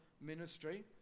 ministry